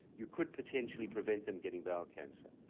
you could potentially prevent them getting bowel cancer.